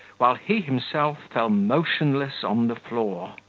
while he himself fell motionless on the floor.